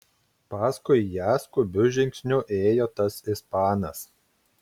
paskui ją skubiu žingsniu ėjo tas ispanas